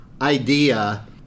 idea